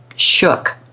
shook